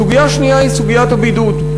סוגיה שנייה היא סוגיית הבידוד.